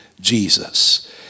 Jesus